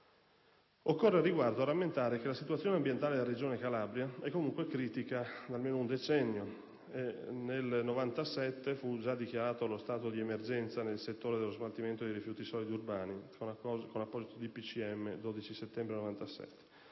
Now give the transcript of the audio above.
Occorre, al riguardo, rammentare che la situazione ambientale della Regione Calabria è critica da almeno un decennio: nel 1997 fu già dichiarato lo stato di emergenza nel settore dello smaltimento dei rifiuti solidi urbani con apposito decreto